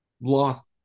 lost